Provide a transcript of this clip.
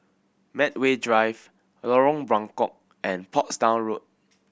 Medway Drive Lorong Buangkok and Portsdown Road